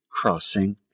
crossing